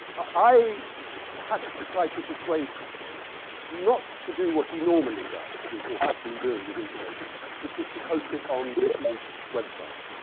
i had to try to persuade him not to do what he normally does, or has been doing, with information, which was to post it on the wikileaks website.